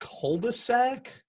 cul-de-sac